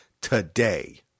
today